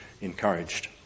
encouraged